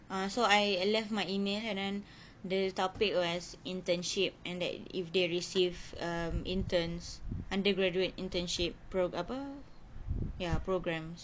ah so I I left my email and then the topic was internship and that if they receive um interns undergraduate internship pro~ apa ya program